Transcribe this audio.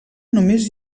només